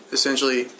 essentially